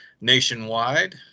nationwide